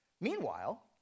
Meanwhile